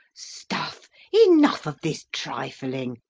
stuff! enough of this trifling!